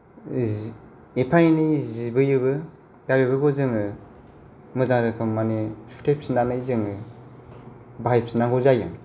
एफा एनै जिबोयोबो दा बेफोरखौ जोङो मोजां रोखोम माने सुथेफिननानै जोङो बाहायफिननांगौ जायो